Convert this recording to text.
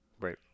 right